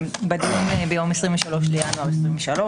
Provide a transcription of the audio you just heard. בדיון ביום 23.1.23,